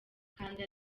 kanda